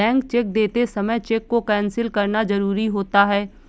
blank cheque देते समय cheque को कैंसिल करना जरुरी होता है